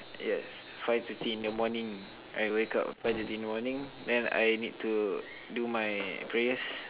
yes five thirty in the morning I wake up five thirty in the morning then I need to do my prayers